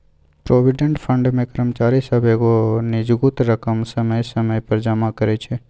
provident fund मे कर्मचारी सब एगो निजगुत रकम समय समय पर जमा करइ छै